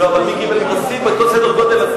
מי קיבל פרסים באותו סדר-גודל?